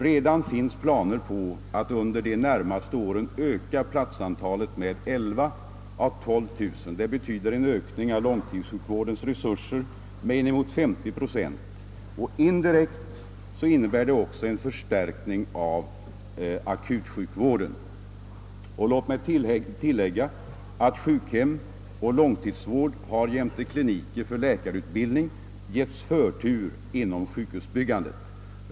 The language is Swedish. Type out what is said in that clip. Redan nu finns planer på att under de närmaste åren öka platsantalet med 11000 å 12000. Det betyder en ökning av långtidssjukvårdens resurser med inemot 50 procent. Indirekt innebär detta också en förstärkning av akutsjukvården. Låt mig tillägga att sjukhem för långtidsvård jämte kliniker för läkarutbild ning givits förtur inom sjukhusbyggandet.